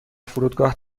فرودگاه